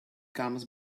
comes